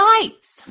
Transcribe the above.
lights